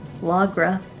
Lagra